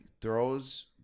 throws